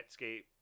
netscape